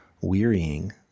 wearying